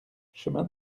chemin